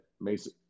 Mason